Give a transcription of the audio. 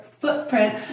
footprint